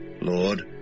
Lord